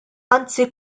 anzi